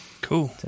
Cool